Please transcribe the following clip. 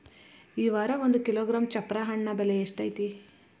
ಈ ವಾರ ಒಂದು ಕಿಲೋಗ್ರಾಂ ಚಪ್ರ ಹಣ್ಣ ಬೆಲೆ ಎಷ್ಟು ಐತಿ?